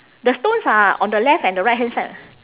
the stones are on the left and the right hand side